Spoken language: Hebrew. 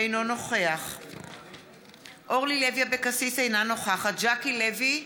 אינו נוכח אורלי לוי אבקסיס, אינה נוכחת ז'קי לוי,